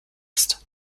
ist